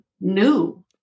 new